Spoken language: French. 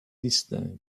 distincte